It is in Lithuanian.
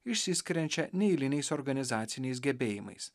išsiskiriančią neeiliniais organizaciniais gebėjimais